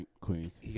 Queens